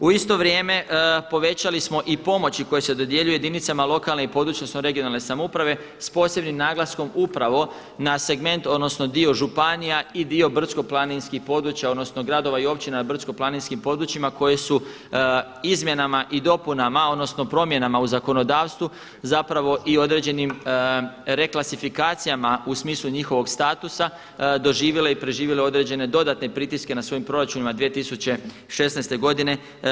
U isto vrijeme povećali smo i pomoći koje se dodjeljuje jedinicama lokalne i područne, odnosno regionalne samouprave s posebnim naglaskom upravo na segment, odnosno dio županija i dio brdsko-planinskih područja, odnosno gradova i općina na brdsko-planinskim područjima koje su izmjenama i dopunama, odnosno promjenama u zakonodavstvu zapravo i određenim reklasifikacijama u smislu njihovog statusa doživjele i preživjele određene dodatne pritiske na svojim proračunima 2016. godine.